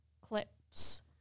clips